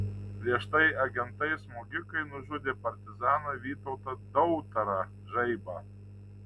prieš tai agentai smogikai nužudė partizaną vytautą dautarą žaibą